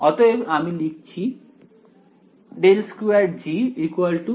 অতএব আমি লিখছি ∇2G ∇∇G